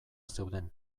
zeuden